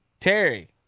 Terry